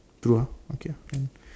two ah okay mm